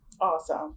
Awesome